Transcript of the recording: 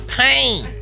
pain